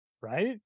Right